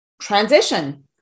transition